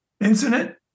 incident